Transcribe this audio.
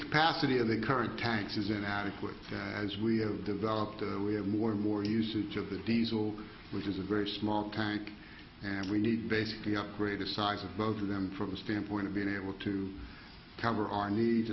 capacity of the current tax is inadequate as we have developed we have more and more usage of the diesel which is a very small tank and we need basically upgrade a size of both of them from the standpoint of being able to cover our needs